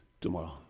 tomorrow